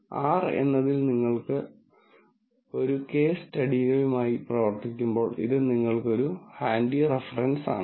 R എന്നതിൽ നിങ്ങൾ case സ്റ്റഡികളുമായി പ്രവർത്തിക്കുമ്പോൾ ഇത് നിങ്ങൾക്കൊരു ഹാൻഡി റെഫെറെൻസ് ആണ്